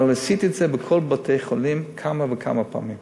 אבל עשיתי את זה בכל בתי-החולים כמה וכמה פעמים.